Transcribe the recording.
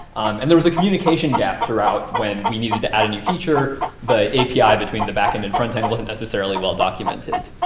and there was a communication gap throughout. when we needed to add a new feature, the api between the backend and frontend wasn't necessarily well-documented.